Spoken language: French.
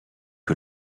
que